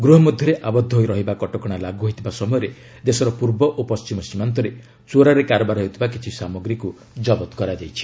ଗୃହ ମଧ୍ୟରେ ଆବଦ୍ଧ ହୋଇ ରହିବା କଟକଣା ଲାଗୁ ହୋଇଥିବା ସମୟରେ ଦେଶର ପୂର୍ବ ଓ ପଣ୍ଟିମ ସୀମାନ୍ତରେ ଚୋରାରେ କାରବାର ହେଉଥିବା କିଛି ସାମଗ୍ରୀ ଜବତ କରାଯାଇଛି